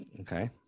okay